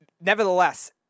nevertheless